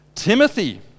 Timothy